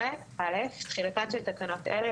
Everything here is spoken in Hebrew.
11. תחילתן של תקנות אלה,